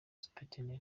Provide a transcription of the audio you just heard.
supt